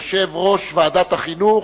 יושב-ראש ועדת החינוך,